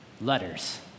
letters